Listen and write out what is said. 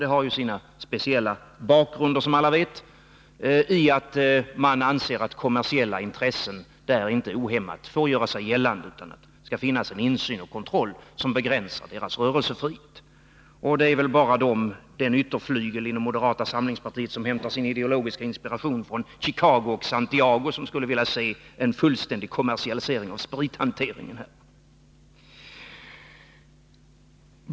Det har, som alla vet, sin speciella bakgrund i att man anser att kommersiella intressen där inte ohämmat får göra sig gällande, utan att det där skall finnas en insyn och kontroll som begränsar rörelsefriheten. Det är väl bara den ytterflygel inom moderata samlingspartiet som hämtar sin ideologiska inspiration från Chicago och Santiago som skulle vilja se en fullständig kommersialisering av sprithanteringen.